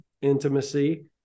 intimacy